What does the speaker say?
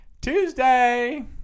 Tuesday